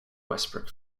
westbrook